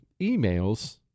emails